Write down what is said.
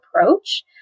approach